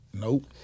Nope